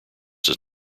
does